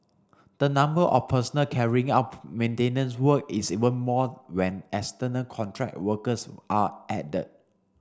the number of personnel carrying out maintenance work is even more when external contract workers are added